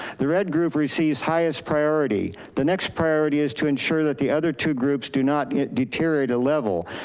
the red group receives highest priority. the next priority is to ensure that the other two groups do not deteriorate a level.